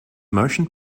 motion